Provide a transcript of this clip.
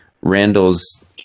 Randall's